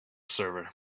server